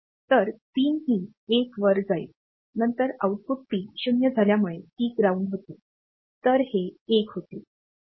तर पिन ही 1 वर जाईल नंतर आउटपुट पिन 0 झाल्यामुळे ती ग्राउंड होते तर हे 1 होते